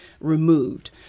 removed